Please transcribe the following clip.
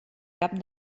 cap